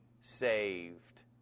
saved